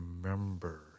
remember